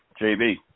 JB